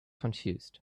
confused